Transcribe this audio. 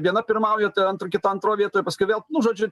viena pirmauja tai antra kita antroj vietoje paskui vėl žodžiu